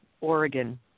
oregon